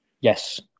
Yes